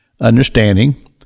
understanding